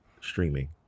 Streaming